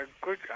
good